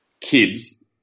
kids